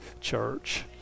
church